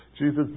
Jesus